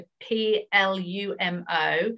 P-L-U-M-O